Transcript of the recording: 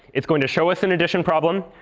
it's going to show us an addition problem.